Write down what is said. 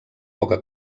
poca